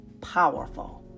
powerful